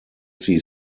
sie